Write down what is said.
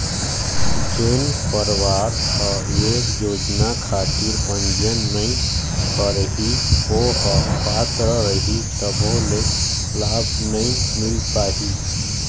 जेन परवार ह ये योजना खातिर पंजीयन नइ करही ओ ह पात्र रइही तभो ले लाभ नइ मिल पाही